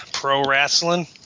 pro-wrestling